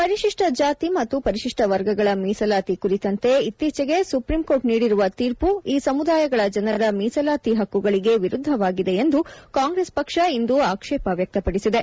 ಪರಿಶಿಷ್ಟ ಜಾತಿ ಮತ್ತು ಪರಿಶಿಷ್ಟ ವರ್ಗಗಳ ಮೀಸಲಾತಿ ಕುರಿತಂತೆ ಇತ್ತೀಚೆಗೆ ಸುಪ್ರೀಂ ಕೋರ್ಟ್ ನೀಡಿರುವ ತೀರ್ಮ ಈ ಸಮುದಾಯಗಳ ಜನರ ಮೀಸಲಾತಿ ಹಕ್ಕುಗಳಿಗೆ ವಿರುದ್ದವಾಗಿದೆ ಎಂದು ಕಾಂಗ್ರೆಸ್ ಪಕ್ಷ ಇಂದು ಆಕ್ಷೇಪ ವ್ಯಕ್ತಪಡಿಸಿದೆ